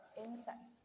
inside